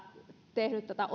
tehnyt tätä